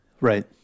Right